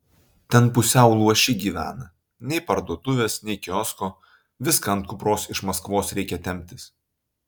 ten pusiau luoši gyvena nei parduotuvės nei kiosko viską ant kupros iš maskvos reikia temptis